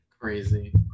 Crazy